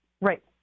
Right